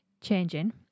changing